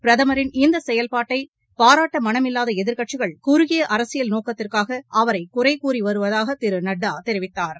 பிரதமரின் இந்த செயல்பாட்டை பாராட்ட மனமில்லாத எதிர்க்கட்சிகள் குறுகிய அரசியல் நோக்கத்திற்காக அவரை குறை கூறி வருவதாக திரு நட்டா தெரிவித்தாா்